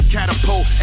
Catapult